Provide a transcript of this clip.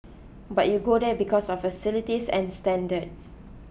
but you go there because of facilities and standards